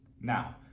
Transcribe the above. Now